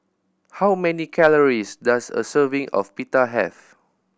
how many calories does a serving of Pita have